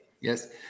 Yes